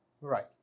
Right